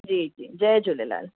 जी जी जय झूलेलाल